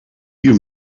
you